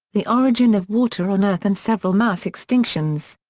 the origin of water on earth and several mass extinctions.